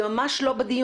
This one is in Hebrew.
זה לא בדיון.